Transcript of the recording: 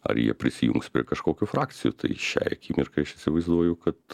ar jie prisijungs prie kažkokių frakcijų tai šiai akimirkai aš įsivaizduoju kad